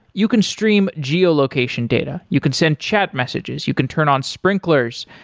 you can stream geo-location data, you can send chat messages, you can turn on sprinklers,